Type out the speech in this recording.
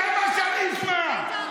זה מה שאני אשמע.